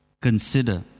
consider